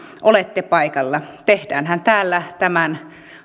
olette paikalla tehdäänhän täällä tämän